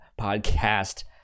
podcast